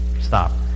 Stop